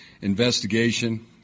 investigation